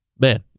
man